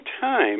time